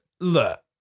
Look